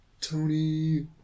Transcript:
Tony